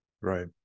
right